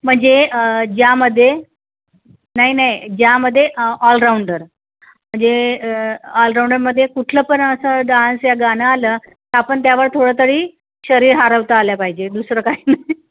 म्हणजे ज्यामध्ये नाही नाही ज्यामध्ये ऑलराऊंडर म्हणजे ऑलराऊंडरमध्ये कुठलं पण असं डान्स या गाणं आलं तर आपण त्यावर थोडं तरी शरीर हलवता आल्या पाहिजे दुसरं काही नाही